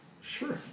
Sure